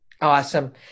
Awesome